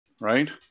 right